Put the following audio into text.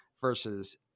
versus